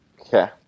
Okay